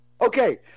Okay